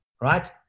right